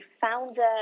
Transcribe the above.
founder